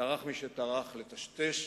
טרח מי שטרח לטשטש,